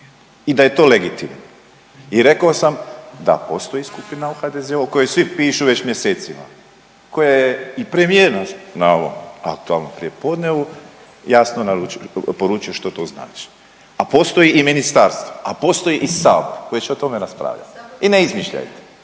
i da je to legitimno. I rekao sam da postoji skupina u HDZ-u o kojoj svi pišu već mjesecima koja je i premijer na ovom aktualnom poslijepodnevu jasno poručuje što to znači. A postoji i ministarstvo, a postoji i Sabor koji će o tome raspravi. I ne izmišljajte!